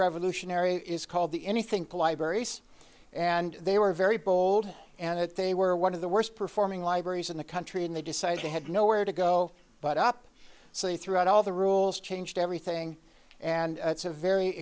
revolutionary is called the anything and they were very bold and it they were one of the worst performing libraries in the country and they decided they had nowhere to go but up so they threw out all the rules changed everything and it's a very